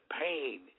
pain